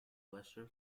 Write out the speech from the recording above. western